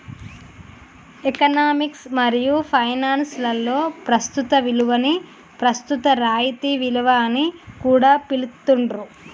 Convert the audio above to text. economics మరియు finance లలో ప్రస్తుత విలువని ప్రస్తుత రాయితీ విలువ అని కూడా పిలుత్తాండ్రు